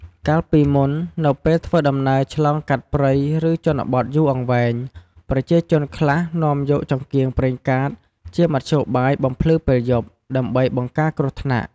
កាលពីមុន នៅពេលធ្វើដំណើរឆ្លងកាត់ព្រៃឬជនបទយូរអង្វែង ប្រជាជនខ្លះនាំយក ចង្កៀងប្រេងកាតជាមធ្យោបាយបំភ្លឺពេលយប់ ដើម្បីបង្ការគ្រោះថ្នាក់។